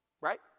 Right